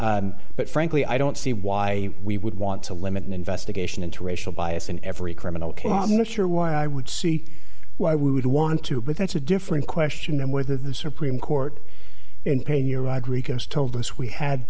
reasons but frankly i don't see why we would want to limit an investigation into racial bias in every criminal case i'm not sure why i would see why we would want to but that's a different question than whether the supreme court and pay your rodriquez told us we had